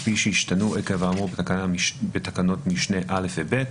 כפי שהשתנו עקב האמור בתקנות משנה (א) ו-(ב).